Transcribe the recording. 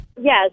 Yes